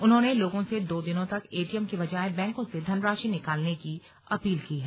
उन्होंने लोगों से दो दिनों तक एटीएम की बजाय बैंकों से धनराशि निकालने की अपील की है